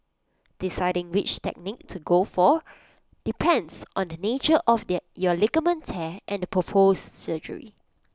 deciding which technique to go for depends on the nature of your ligament tear and the proposed surgery